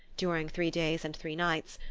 during three days and three nights,